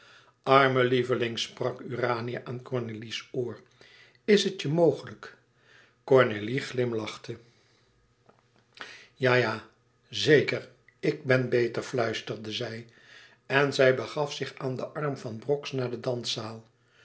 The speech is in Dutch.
arme lieveling sprak urania aan cornélie's oor is het je mogelijk cornélie glimlachte ja ja zeker ik ben beter fluisterde zij en zij begaf zich aan den arm van brox naar de danszaal